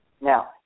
Now